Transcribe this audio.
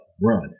run